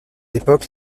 époque